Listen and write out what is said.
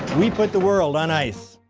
we put the world on ice!